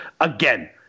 Again